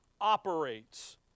operates